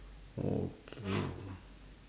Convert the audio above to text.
okay